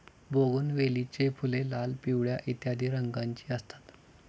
बोगनवेलीची फुले लाल, पिवळ्या इत्यादी रंगांची असतात